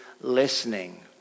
listening